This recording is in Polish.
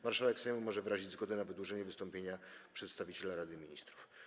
Marszałek Sejmu może wyrazić zgodę na wydłużenie wystąpienia przedstawiciela Rady Ministrów.